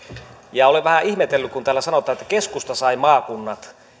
ja olen vähän ihmetellyt kun täällä sanotaan että keskusta sai maakunnat